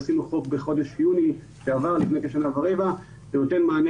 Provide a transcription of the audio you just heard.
עשינו חוק בחודש יולי שעבר לפני כשנה ורבע והוא נותן מענה